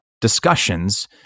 discussions